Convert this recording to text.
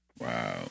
Wow